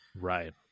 right